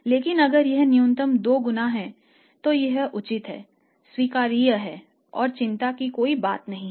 लेकिन अगर यह न्यूनतम 2 गुना है तो यह उचित है स्वीकार्य है और चिंता की कोई बात नहीं है